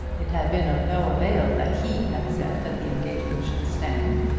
it had been of no avail that he had said that the engagement should stand.